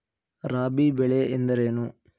ರಾಬಿ ಬೆಳೆ ಎಂದರೇನು?